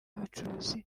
abacuruzi